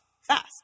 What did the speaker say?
fast